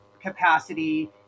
capacity